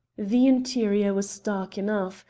the interior was dark enough,